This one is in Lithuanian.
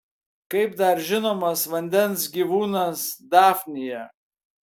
kaip dar žinomas vandens gyvūnas dafnija